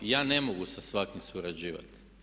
Ja ne mogu sa svakim surađivati.